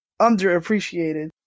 underappreciated